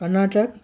Karnataka